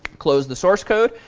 close the source code,